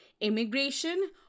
immigration